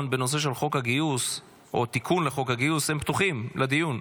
בנושא של חוק הגיוס או התיקון לחוק הגיוס פתוחים לדיון,